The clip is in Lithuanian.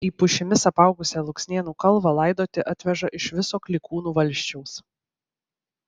į pušimis apaugusią luksnėnų kalvą laidoti atveža iš viso klykūnų valsčiaus